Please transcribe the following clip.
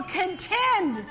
contend